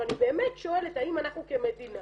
אני שואלת האם אנחנו כמדינה